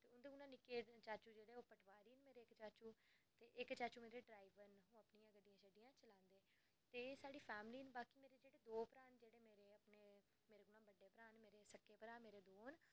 ते उंदे कोले निक्के चाचू न जेह्ड़े ओह् पटवारी न ते इक्क चाचू मेरे ड्राईवर न ते उंदी अपनियां गड्डियां न ते गड्डियां चलांदे ते बाकी मेरी फैमिली मेरे दौ भ्राऽ न मेरे अपने मेरे सक्के भ्राऽ दौ न